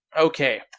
Okay